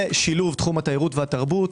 ושילוב תחום התיירות והתרבות.